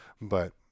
but-